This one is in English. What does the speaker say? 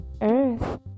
earth